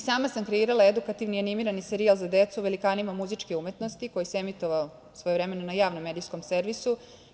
Sama sam kreirala edukativni animirani serijal za decu o velikanima muzičke umetnosti koji se emitovao svojevremeno na Javnom medijskom servisu.